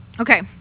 Okay